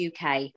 UK